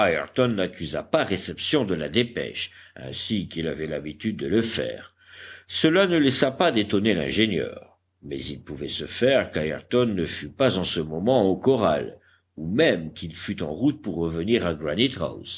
ayrton n'accusa pas réception de la dépêche ainsi qu'il avait l'habitude de le faire cela ne laissa pas d'étonner l'ingénieur mais il pouvait se faire qu'ayrton ne fût pas en ce moment au corral ou même qu'il fût en route pour revenir à